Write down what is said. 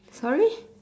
sorry